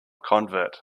convert